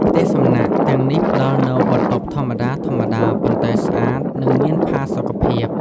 ផ្ទះសំណាក់ ទាំងនេះផ្តល់នូវបន្ទប់ធម្មតាៗ ប៉ុន្តែស្អាត និងមានផាសុកភាព។